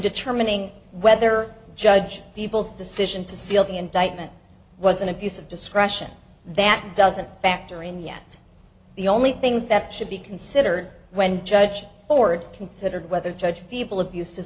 determining whether judge people's decision to seal the indictment was an abuse of discretion that doesn't factor in yet the only things that should be considered when judge ford considered whether judge people abuse